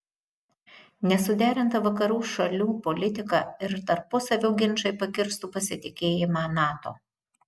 nesuderinta vakarų šalių politika ir tarpusavio ginčai pakirstų pasitikėjimą nato